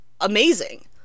amazing